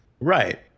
right